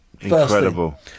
Incredible